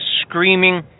screaming